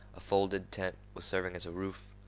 a folded tent was serving as a roof.